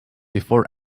before